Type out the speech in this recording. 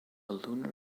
lunar